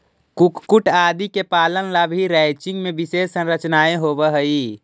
कुक्कुट आदि के पालन ला भी रैंचिंग में विशेष संरचनाएं होवअ हई